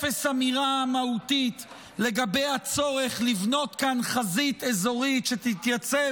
אפס אמירה מהותית לגבי הצורך לבנות כאן חזית אזורית שתתייצב